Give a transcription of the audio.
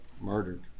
murdered